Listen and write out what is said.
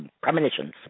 premonitions